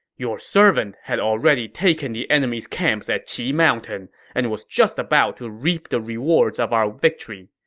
your servant had already taken the enemy's camps at qi mountain and was just about to reap the rewards of our victory.